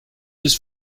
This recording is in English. his